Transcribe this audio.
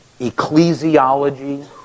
ecclesiology